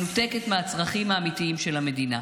מנותקת מהצרכים האמיתיים של המדינה.